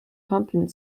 pumping